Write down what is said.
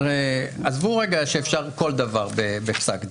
עזבו רגע שאפשר כל דבר בפסק דין.